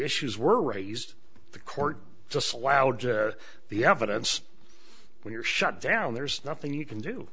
issues were raised the court just allowed to the evidence when you're shut down there's nothing you can do